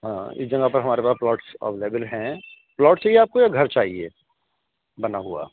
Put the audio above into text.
ہاں اس جگہ پر ہمارے پاس پلاٹس اویلیبل ہیں پلاٹ چاہیے آپ کو یا گھر چاہیے بنا ہوا